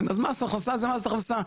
מס הכנסה זה מס הכנסה,